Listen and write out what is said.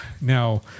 now